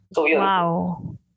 Wow